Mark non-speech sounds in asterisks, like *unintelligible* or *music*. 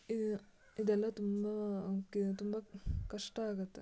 ಇದೆಲ್ಲ ತುಂಬ *unintelligible* ತುಂಬ ಕಷ್ಟ ಆಗುತ್ತೆ